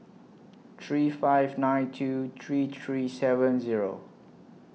three five nine two three three seven Zero